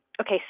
Okay